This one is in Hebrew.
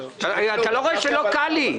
אתה לא רואה שלא קל לי?